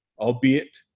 albeit